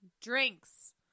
Drinks